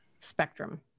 spectrum